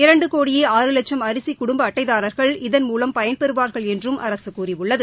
இரண்டு கோடியே ஆறு லட்சம் அரிசி குடும்ப அட்டைதாரர்கள் இத்னமூலம் பயன்பறுவார்கள் என்றும் அரசு கூறியுள்ளது